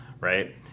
right